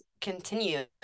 continue